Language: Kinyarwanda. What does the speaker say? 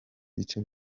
bice